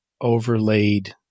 overlaid